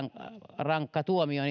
rankka tuomio